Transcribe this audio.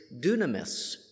dunamis